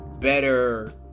better